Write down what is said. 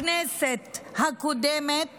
הכנסת הקודמת